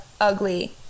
ugly